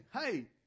Hey